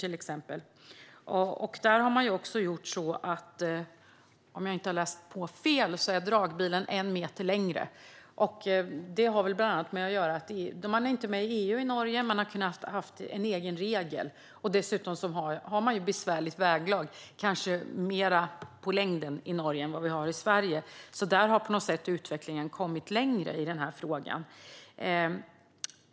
Om jag inte har läst fel har man där också gjort så att dragbilen är en meter längre. Det har väl bland annat att göra med att Norge inte är med i EU; man har kunnat ha en egen regel. Dessutom har man ju besvärligt väglag, kanske mer i nord-sydlig riktning i Norge än vad man har i Sverige, så där har på något sätt utvecklingen avseende den här frågan kommit längre. Fru talman!